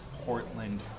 Portland